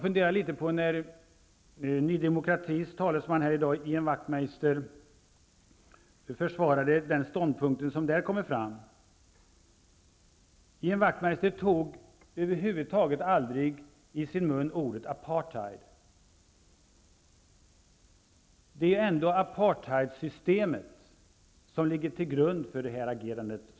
När Ny demokratis talesman här i dag, Ian Wachtmeister, försvarade den ståndpunkt som där hävdas tog han över huvud taget inte ordet apartheid i sin mun. Det är ändå apartheidsystemet som ligger till grund för Sveriges agerande.